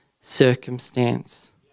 circumstance